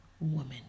woman